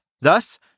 Thus